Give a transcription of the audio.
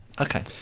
okay